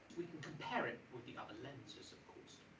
we can compare it with the other lenses of course,